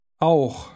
Auch